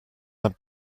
add